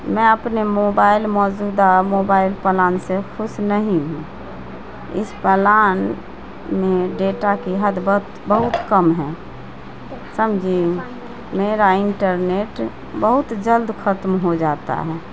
میں اپنے موبائل موجودہ موبائل پلان سے خوش نہیں ہوں اس پلان میں ڈیٹا کی حد بت بہت کم ہے سمجھی میرا انٹرنیٹ بہت جلد ختم ہو جاتا ہے